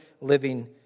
living